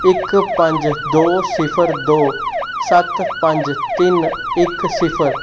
ਇੱਕ ਪੰਜ ਦੋ ਸਿਫਰ ਦੋ ਸੱਤ ਪੰਜ ਤਿੰਨ ਇੱਕ ਸਿਫਰ